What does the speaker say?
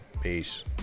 Peace